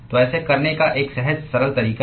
तो ऐसा करने का एक सहज सरल तरीका है